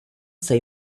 see